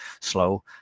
slow